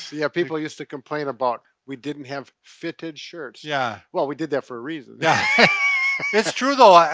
yeah, people used to complain about we didn't have fitted shirts. yeah. well, we did that for a reason. yeah it's true, though.